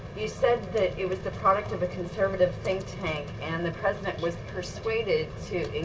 you said that it was the product of a conservative think tank, and the president was persuaded to